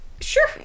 Sure